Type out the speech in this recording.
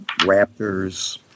raptors